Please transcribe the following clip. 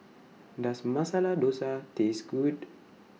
Does Masala Dosa Taste Good